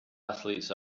athletes